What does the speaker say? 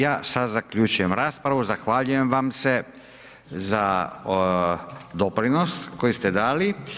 Ja sad zaključujem raspravu, zahvaljujem vam se za doprinos koji ste dali.